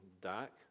dark